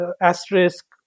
asterisk